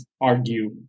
argue